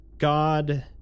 God